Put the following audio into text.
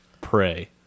pray